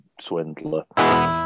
swindler